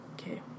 Okay